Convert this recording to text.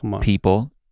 people